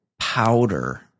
powder